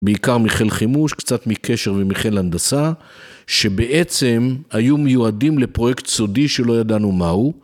בעיקר מחיל חימוש, קצת מקשר ומחיל הנדסה, שבעצם היו מיועדים לפרויקט סודי שלא ידענו מה הוא.